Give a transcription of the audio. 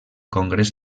congrés